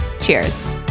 cheers